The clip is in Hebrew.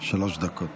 שלוש דקות.